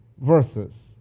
verses